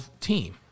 team